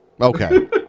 Okay